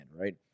right